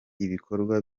ibikorwa